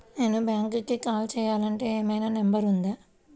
నేను బ్యాంక్కి కాల్ చేయాలంటే ఏమయినా నంబర్ ఉందా?